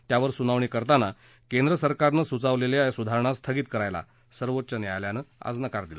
त्यावर सुनावणी करताना केंद्रसरकारनं सुचवलेल्या या सुधारणा स्थगित करायला सर्वोच्च न्यायालयानं आज नकार दिला